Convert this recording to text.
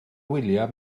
wyliau